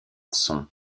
sons